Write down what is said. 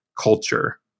culture